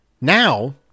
Now